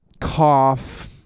cough